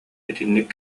итинник